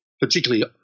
particularly